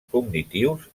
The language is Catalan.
cognitius